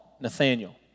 Nathaniel